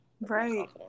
Right